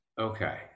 Okay